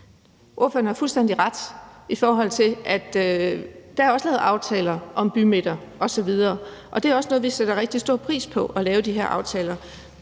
ordføreren har fuldstændig ret i, at der også er lavet aftaler om bymidter osv. Det er også noget, vi sætter rigtig stor pris på, altså at lave de her aftaler.